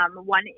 One